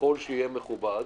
ככל שיהיה מכובד.